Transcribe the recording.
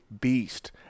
beast